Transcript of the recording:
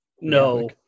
No